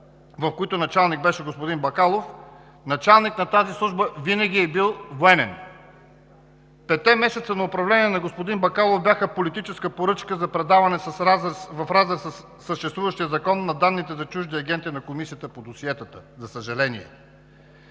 в които началник беше господин Бакалов, началник на тази служба винаги е бил военен. Петте месеца на управление на господин Бакалов бяха политическа поръчка за предаване в разрез със съществуващия закон на данните за чужди агенти на Комисията по досиетата, за съжаление!